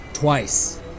Twice